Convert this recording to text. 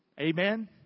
Amen